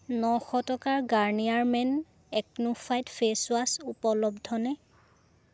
নশ টকাৰ গাৰ্নিয়াৰ মেন এক্নো ফাইট ফেচৱাছ উপলব্ধনে